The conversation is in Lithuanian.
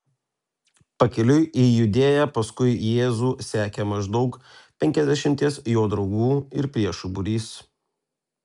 pakeliui į judėją paskui jėzų sekė maždaug penkiasdešimties jo draugų ir priešų būrys